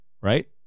right